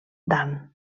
dan